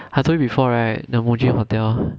I told you before right the Muji hotel